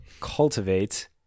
Cultivate